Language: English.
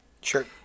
Sure